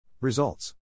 Results